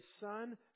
Son